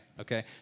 Okay